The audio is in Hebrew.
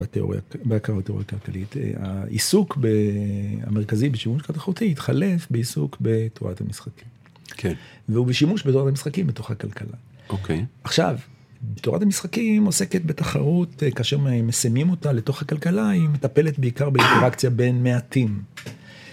בתיאוריה כלכלית, העיסוק המרכזי בשימוש כלכלותי התחלף בעיסוק בתורת המשחקים והוא בשימוש בתורת המשחקים בתוך הכלכלה. עכשיו תורת המשחקים עוסקת בתחרות כאשר מסימים אותה לתוך הכלכלה היא מטפלת בעיקר באינטראקציה בין מעטים.